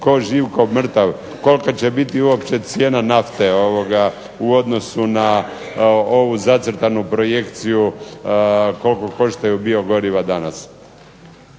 tko živ, tko mrtav. Kolika će biti uopće cijena nafte u odnosu na ovu zacrtanu projekciju koliko koštaju biogoriva danas.